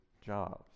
jobs